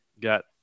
got